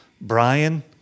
Brian